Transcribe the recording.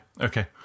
Okay